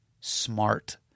smart